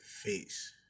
face